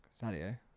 Sadio